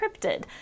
encrypted